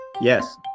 yes